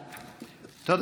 והסדרת שידורי הרדיו הציבורי (תיקוני חקיקה),